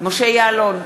משה יעלון,